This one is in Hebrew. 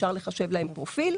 אפשר לחשב להן פרופיל.